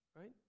Right